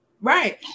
Right